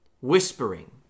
whispering